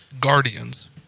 Guardians